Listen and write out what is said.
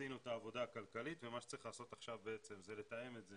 עשינו את העבודה הכלכלית ומה שצריך לעשות עכשיו בעצם זה לתאם את זה